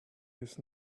his